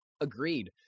agreed